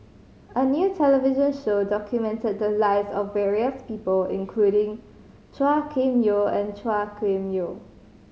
a new television show documented the lives of various people including Chua Kim Yeow and Chua Kim Yeow